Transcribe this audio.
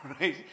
right